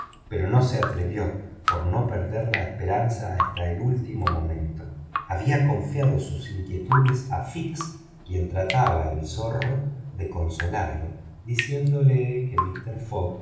pero no se atrevió por no perder la esperanza hasta el último momento había confiado sus inquietudes a fix quien trataba el zorro de consolarlo diciéndole que mister fogg